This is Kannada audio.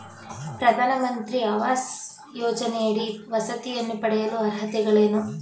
ಪ್ರಧಾನಮಂತ್ರಿ ಆವಾಸ್ ಯೋಜನೆಯಡಿ ವಸತಿಯನ್ನು ಪಡೆಯಲು ಅರ್ಹತೆಗಳೇನು?